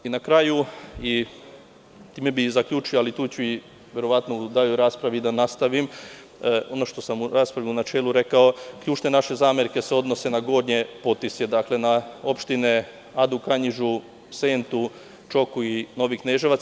Na kraju, time bih i zaključio, ali tu ću verovatno u daljoj raspravi i da nastavim, ono što sam u raspravi u načelu rekao ključne naše zamerke se odnose na gornje Potisje, na opštine Adu, Kanjižu, Sentu, Čoku i Novi Kneževac.